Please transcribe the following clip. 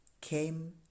came